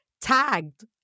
tagged